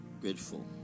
grateful